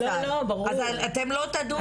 אז אתם לא תדונו בזה?